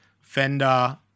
Fender